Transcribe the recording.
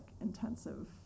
intensive